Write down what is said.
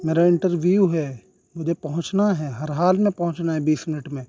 میرا انٹرویو ہے مجھے پہنچنا ہے ہر حال میں پہنچنا ہے بیس منٹ میں